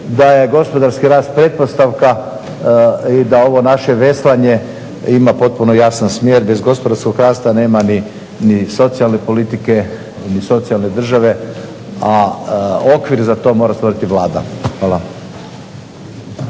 da je gospodarski rast pretpostavka i da ovo naše veslanje ima potpuno jasan smjer. Bez gospodarskog rasta nema ni socijalne politike, ni socijalne države, a okvir za to mora stvoriti Vlada. Hvala.